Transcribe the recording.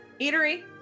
eatery